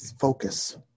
focus